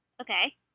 Okay